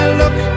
look